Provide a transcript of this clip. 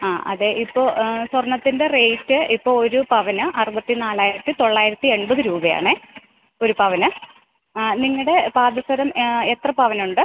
ആ അതെ ഇപ്പോൾ സ്വർണ്ണത്തിൻ്റ റേറ്റ് ഇപ്പോൾ ഒരു പവന് അറുപത്തിനാലായിരത്തി തൊള്ളായിരത്തി എൺപത് രൂപയാണ് ഒരു പവന് ആ നിങ്ങളുടെ പാദസരം എത്ര പവനുണ്ട്